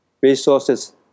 resources